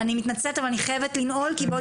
אני מתנצלת אבל אני חייבת לנעול כי בעוד